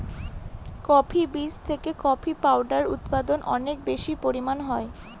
coffee বীজ থেকে coffee powder উৎপাদন অনেক বেশি পরিমানে হয়